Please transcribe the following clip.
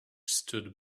stood